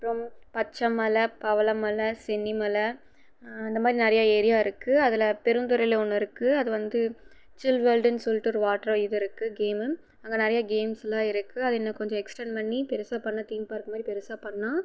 அப்புறம் பச்சை மலை பவள மலை சென்னி மலை அந்த மாதிரி நிறைய ஏரியா இருக்கு அதில் பெருந்துறையில ஒன்று இருக்கு அது வந்து சில் வேல்டுன்னு சொல்லிட்டு ஒரு வாட்டர் இது இருக்கு கேம் அங்கே நிறைய கேம்சலாம் இருக்கு அது இன்னும் கொஞ்சம் எக்ஸ்ட்டண்ட் பண்ணி பெருசாக பண்ணால் தீம் பார்க் மாதிரி பெருசாக பண்ணால்